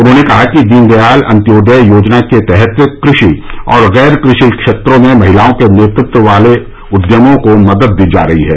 उन्होंने कहा कि दीनदयाल अंत्योदय योजना के तहत कृषि और गैर कृषि क्षेत्रों में महिलाओं के नेतृत्व वाले उद्यमों को मदद दी जा रही है